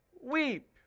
weep